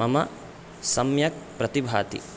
मम सम्यक् प्रतिभाति